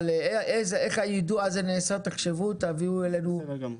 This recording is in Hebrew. איך היידוע הזה נעשה, תחשבו ותביאו לנו הצעה.